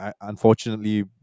unfortunately